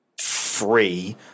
free